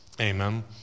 amen